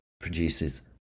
Produces